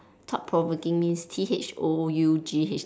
thought provoking means T H O U G H